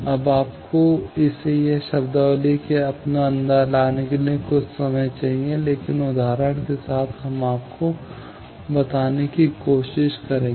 अब आपको इसे यह शब्दावली अपने अंदर लाने के लिए कुछ समय चाहिए कि लेकिन उदाहरण के साथ हम आपको बताने की कोशिश करेंगे